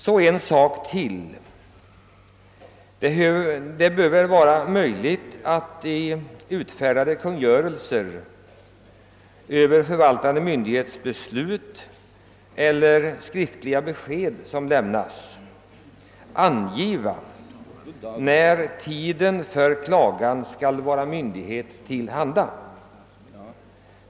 Så en annan sak: Det bör väl vara möjligt att i utfärdade kungörelser eller skriftliga besked över förvaltande myndighets beslut angiva när tiden för klagan senast skall vara myndighet till handa?